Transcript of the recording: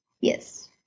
Yes